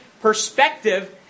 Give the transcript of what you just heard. perspective